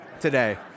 today